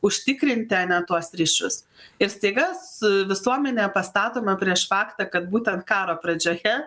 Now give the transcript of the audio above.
užtikrinti ar ne tuos ryšius ir staiga visuomenė pastatoma prieš faktą kad būtent karo pradžioje